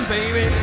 baby